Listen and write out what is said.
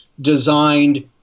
designed